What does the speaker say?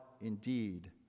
indeed